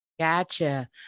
Gotcha